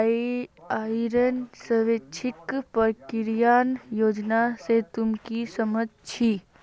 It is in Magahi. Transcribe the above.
आइर स्वैच्छिक प्रकटीकरण योजना से तू की समझ छि